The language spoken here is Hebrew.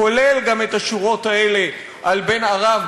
כולל גם את השורות האלה על "בן ערב,